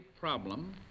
problem